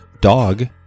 dog